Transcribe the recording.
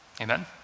Amen